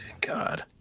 God